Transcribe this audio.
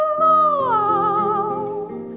love